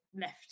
left